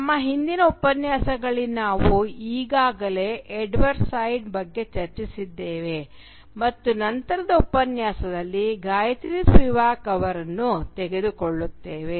ನಮ್ಮ ಹಿಂದಿನ ಉಪನ್ಯಾಸಗಳಲ್ಲಿ ನಾವು ಈಗಾಗಲೇ ಎಡ್ವರ್ಡ್ ಸೈಡ್ ಬಗ್ಗೆ ಚರ್ಚಿಸಿದ್ದೇವೆ ಮತ್ತು ನಂತರದ ಉಪನ್ಯಾಸದಲ್ಲಿ ಗಾಯತ್ರಿ ಸ್ಪಿವಾಕ್ ಅವರನ್ನು ತೆಗೆದುಕೊಳ್ಳುತ್ತೇವೆ